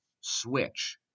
switch